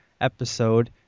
episode